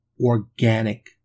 organic